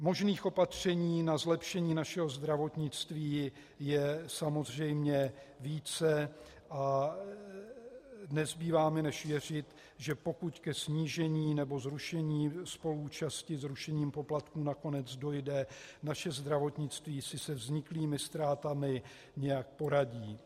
Možných opatření na zlepšení našeho zdravotnictví je samozřejmě více, a nezbývá mi než věřit, že pokud ke snížení nebo zrušení spoluúčasti zrušením poplatků nakonec dojde, naše zdravotnictví si se vzniklými ztrátami nějak poradí.